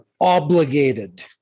obligated